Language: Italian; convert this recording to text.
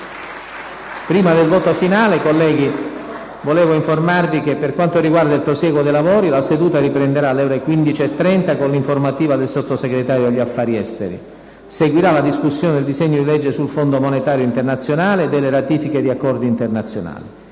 Prima della votazione finale, vorrei informarvi che, per quanto riguarda il prosieguo dei lavori, la seduta riprenderà alle ore 15,30 con l'informativa del Sottosegretario per gli affari esteri. Seguirà la discussione del disegno di legge sul Fondo monetario internazionale e delle ratifiche di Accordi internazionali.